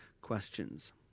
questions